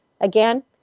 Again